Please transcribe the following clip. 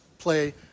play